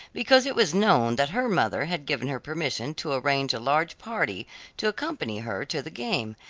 because it was known that her mother had given her permission to arrange a large party to accompany her to the game,